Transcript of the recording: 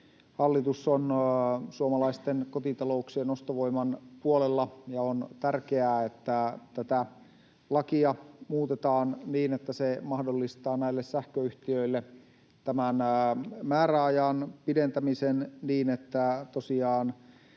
hallitus on suomalaisten kotitalouksien ostovoiman puolella, ja on tärkeää, että tätä lakia muutetaan niin, että se mahdollistaa sähköyhtiöille tämän määräajan pidentämisen niin, että tosiaan